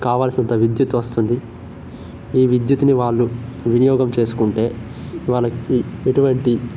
కావలిసంత విద్యుత్ వస్తుంది ఈ విద్యుత్తుని వాళ్ళు వినియోగం చేసుకుంటే మనకి ఎటువంటి